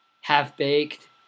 Half-Baked